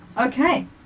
Okay